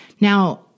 Now